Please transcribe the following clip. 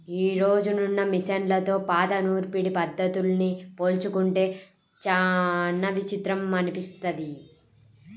యీ రోజునున్న మిషన్లతో పాత నూర్పిడి పద్ధతుల్ని పోల్చుకుంటే చానా విచిత్రం అనిపిస్తది